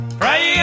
pray